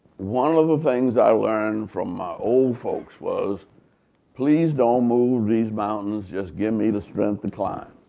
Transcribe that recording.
one of the things i learned from my old folks was please don't move these mountains. just give me the strength to climb.